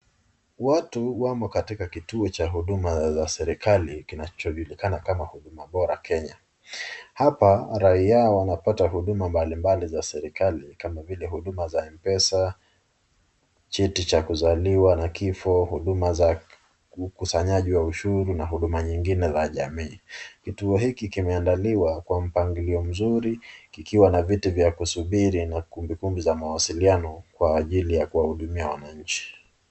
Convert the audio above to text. Watu wamo katika kituo Cha huduma za serikali kinacho julikana kama Huduma Bora Kenya. Hapa raiya wanapata huduma mbali mbali zaa serikali kama vile huduma za Mpesa, cheti Cha kuzaliwa na kifo, huduma za ukusanyaji wa ushuru na huduma za jamii. Kituo hiki kimeandaaliwa kwa mipangilio mzuri kikiwa na viti vya kusubiri na kumbikumbi ya mawasiliano kwa ajili ya kuwahudumia wananchi.